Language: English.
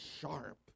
sharp